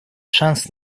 шанс